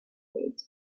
date